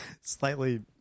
slightly